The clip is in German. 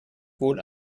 wohl